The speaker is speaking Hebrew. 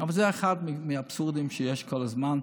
זה אחד מהאבסורדים שיש כל הזמן.